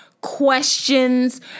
questions